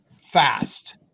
fast